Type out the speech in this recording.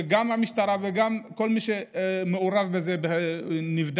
שגם המשטרה וגם כל מי שמעורב בזה נבדק,